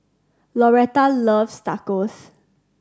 Lauretta loves Tacos